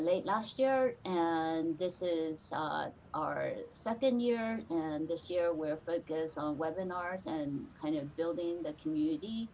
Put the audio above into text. late last year and this is our second year. and this year, we are focused on webinars and kind of building the community.